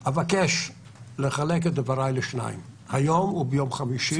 אני אבקש לחלק את דבריי לשניים, היום וביום חמישי.